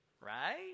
Right